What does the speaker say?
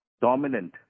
dominant